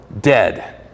dead